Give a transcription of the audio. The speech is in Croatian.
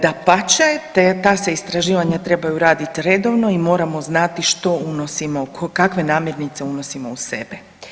Dapače, ta se istraživanja trebaju raditi redovno i moramo znati što unosimo, kakve namirnice unosimo u sebe.